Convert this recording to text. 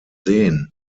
seen